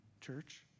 church